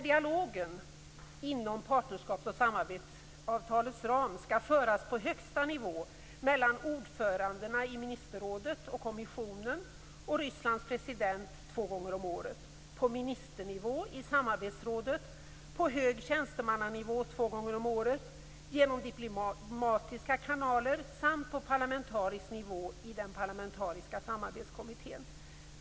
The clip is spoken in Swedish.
Dialogen inom partnerskaps och samarbetsavtalets ram skall på högsta nivå föras mellan ordförandena i ministerrådet och kommissionen och Rysslands president två gånger om året. På ministernivå skall den föras i samarbetsrådet två gånger om året och likaså på hög tjänstemannanivå. Den skall också föras genom diplomatiska kanaler samt på parlamentarisk nivå i den parlamentariska samarbetskommittén.